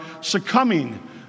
succumbing